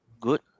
good